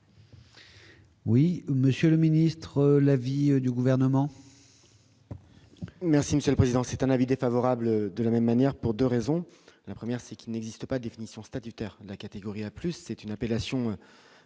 Oui, Monsieur le ministre, l'avis du gouvernement. Merci Monsieur le Président, c'est un avis défavorable de la même manière, pour 2 raisons : la première, c'est qu'il n'existe pas définition statutaire, la catégorie la plus c'est une appellation